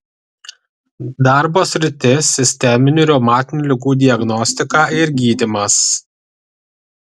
darbo sritis sisteminių reumatinių ligų diagnostika ir gydymas